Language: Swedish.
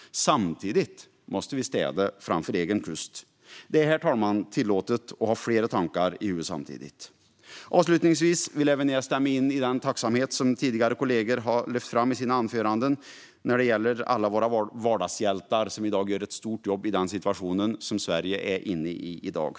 Samtidigt måste vi sopa rent framför egen kust. Herr talman! Det är tillåtet att ha flera tankar i huvudet samtidigt. Avslutningsvis vill jag gärna instämma i den tacksamhet som kollegor tidigare har lyft fram i sina anföranden till alla våra vardagshjältar som i dag gör ett stort jobb i den situation som råder i Sverige. Tusen tack!